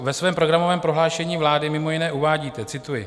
Ve svém programovém prohlášení vlády mimo jiné uvádíte cituji: